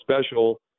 special